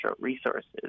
resources